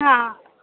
હાં